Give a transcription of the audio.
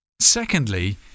Secondly